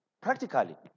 practically